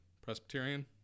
Presbyterian